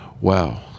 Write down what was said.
wow